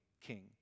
king